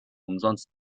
umsonst